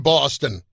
Boston